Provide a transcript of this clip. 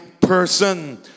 person